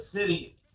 city